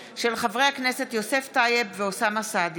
של חברי הכנסת יוסף טייב ואוסאמה סעדי